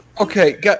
Okay